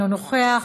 אינו נוכח,